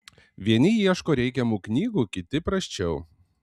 vieni geriau ieško reikiamų knygų kiti prasčiau